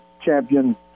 champion